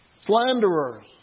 Slanderers